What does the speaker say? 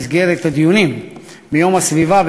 במסגרת הדיונים ביום הסביבה,